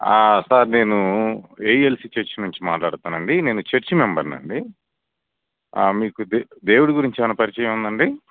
ఆ సార్ నేను A E L C church నుండి మాట్లాడుతున్నాను అండి నేను చర్చ్ మెంబర్ని అండి ఆ మీకు దేవుడి గురించి ఏమైనా పరిచయం ఉందా అండి